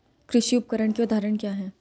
कृषि उपकरण के उदाहरण क्या हैं?